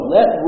Let